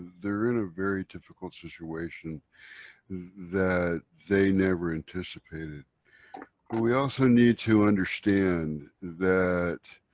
they're in a very difficult situation that they never anticipated. but we also need to understand that,